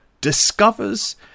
discovers